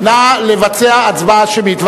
נא לבצע הצבעה שמית.